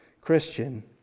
Christian